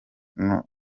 ngo